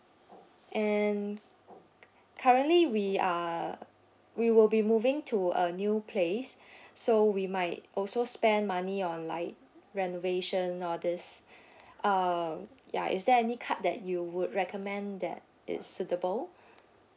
and currently we are we will be moving to a new place so we might also spend money on like renovation all this uh ya is there any card that you would recommend that is suitable